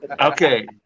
Okay